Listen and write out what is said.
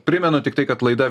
primenu tiktai kad laida